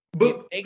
no